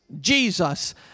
Jesus